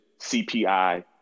CPI